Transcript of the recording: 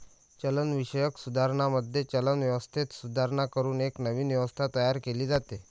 चलनविषयक सुधारणांमध्ये, चलन व्यवस्थेत सुधारणा करून एक नवीन व्यवस्था तयार केली जाते